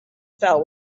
fell